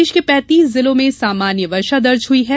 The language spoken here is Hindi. प्रदेश के पैंतीस जिलों में सामान्य वर्षा दर्ज हुई है